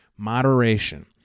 Moderation